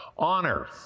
honor